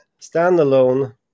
standalone